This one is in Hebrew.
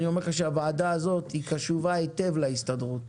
אני אומר לך שהוועדה הזאת קשובה היטב להסתדרות.